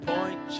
Point